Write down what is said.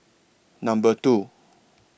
Number two